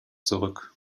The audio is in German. zurück